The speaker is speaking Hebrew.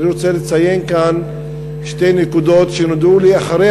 אני רוצה לציין כאן שתי נקודות שנודעו לי אחרי